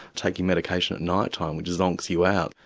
taking medication at night time which zonks you out,